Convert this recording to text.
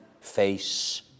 face